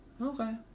Okay